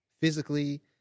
physically